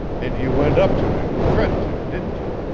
and you went up to him and threatened him, didn't you?